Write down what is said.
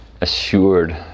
assured